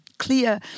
clear